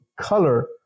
color